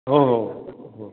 हो हो हो हो